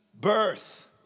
birth